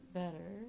better